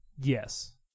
Yes